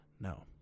No